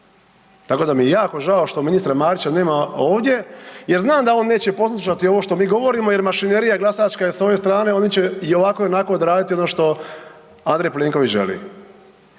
Tako da mi je jako žao što ministra Marića nema ovdje jer znam da on neće poslušati ovo što mi govorimo jer mašinerija glasačka je sa ove strane, oni će ovako i onako odraditi ono što A. Plenković želi.